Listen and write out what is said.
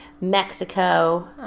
Mexico